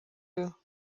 you